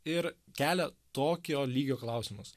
ir kelia tokio lygio klausimus